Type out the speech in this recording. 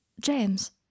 James